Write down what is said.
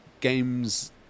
game's